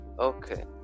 Okay